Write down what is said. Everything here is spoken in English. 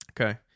Okay